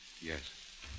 Yes